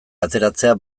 ateratzea